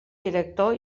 director